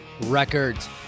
Records